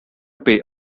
pay